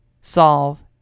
solve